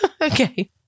okay